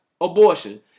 abortion